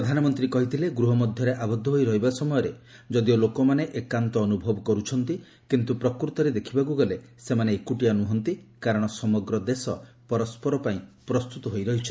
ପ୍ରଧାନମନ୍ତ୍ରୀ କହିଛନ୍ତି ଗୃହ ମଧ୍ୟରେ ଆବଦ୍ଧ ହୋଇ ରହିବା ସମୟରେ ଯଦିଓ ଲୋକମାନେ ଏକାନ୍ତ ଅନୁଭବ କରୁଛନ୍ତି କିନ୍ତୁ ପ୍ରକୃତରେ ଦେଖିବାକୁ ଗଲେ ସେମାନେ ଏକୁଟିଆ ନୁହନ୍ତି କାରଣ ସମଗ୍ର ଦେଶ ପରସ୍କର ପାଇଁ ପ୍ରସ୍ତୁତ ହୋଇ ରହିଛି